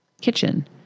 kitchen